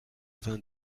vingt